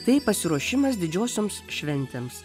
tai pasiruošimas didžiosioms šventėms